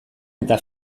eta